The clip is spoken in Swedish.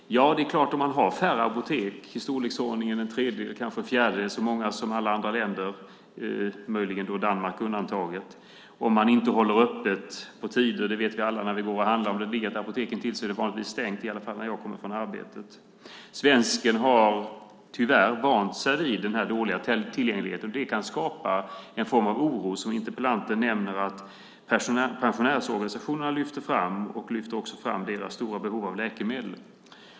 Det är klart om man har färre apotek, i storleksordningen kanske en fjärdedel så många som alla andra länder, möjligen Danmark undantaget, och inte håller öppet. Vi vet alla när vi går och handlar att om det ligger ett apotek intill är det vanligtvis stängt. I alla fall är det det när jag kommer från arbetet. Svensken har tyvärr vant sig vid den här dåliga tillgängligheten. Det kan skapa en form av oro, som interpellanten nämner att pensionärsorganisationerna lyfter fram. Man lyfter också fram deras stora behov av läkemedel.